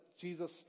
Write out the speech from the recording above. Jesus